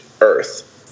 Earth